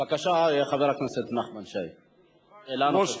בבקשה, חבר הכנסת נחמן שי, שאלה נוספת.